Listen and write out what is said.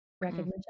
recognition